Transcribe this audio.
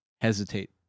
hesitate